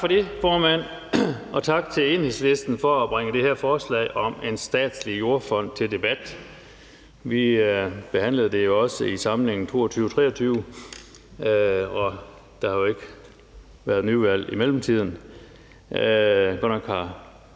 Tak for det, formand. Og tak til Enhedslisten for at bringe det her forslag om en statslig jordfond til debat. Vi behandlede det jo også i samlingen 2022/23, og der har jo ikke været nyvalg i mellemtiden. Godt nok har